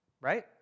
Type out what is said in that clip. right